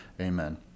Amen